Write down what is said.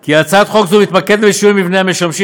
כי הצעת חוק זו מתמקדת בשינויי מבנה המשמשים